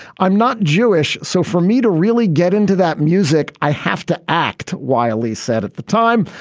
i'm not jewish. so for me to really get into that music, i have to act wisely, said at the time.